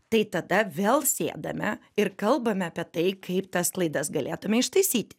tai tada vėl sėdame ir kalbame apie tai kaip tas klaidas galėtume ištaisyti